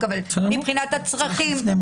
יוליה מלינובסקי (יו"ר ועדת מיזמי תשתית לאומיים